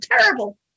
terrible